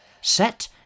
Set